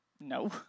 no